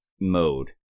mode